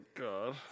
god